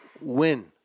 win